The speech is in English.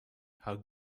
how